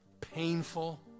painful